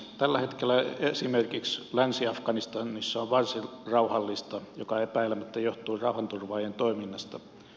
tällä hetkellä esimerkiksi länsi afganistanissa on varsin rauhallista mikä epäilemättä johtuu rauhanturvaajien toiminnasta